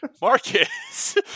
Marcus